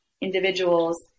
individuals